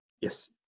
yes